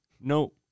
no